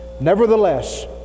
Nevertheless